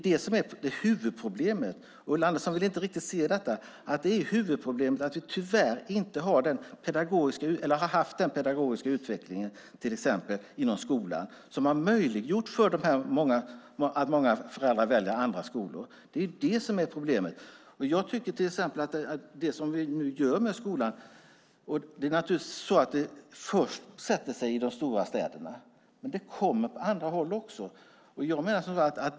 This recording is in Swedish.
Men Ulla Andersson vill inte riktigt se att huvudproblemet är att vi tyvärr inte haft den pedagogiska utveckling till exempel inom skolan som gjort att många föräldrar valt andra skolor. Det vi nu gör med skolan sätter sig naturligtvis först i de stora städerna, men det kommer sedan också på andra håll.